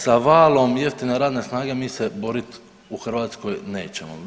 Sa valom jeftine radne snage mi se borit u Hrvatskoj nećemo.